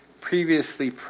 Previously